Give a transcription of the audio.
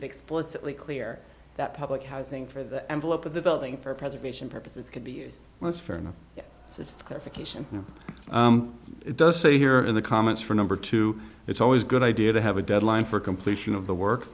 it explicitly clear that public housing for the envelope of the building for preservation purposes could be used less for and so it's clarification it does say here in the comments for number two it's always good idea to have a deadline for completion of the work